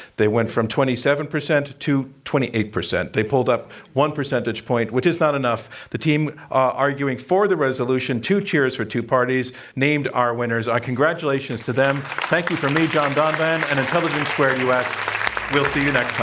they went from twenty seven percent to twenty eight percent. they pulled up one percentage point, which is not enough. the team arguing for the resolution to cheers for two parties named our winner is our congratulations to them. thank you for me, john donvan and intelligence. we'll see you next time.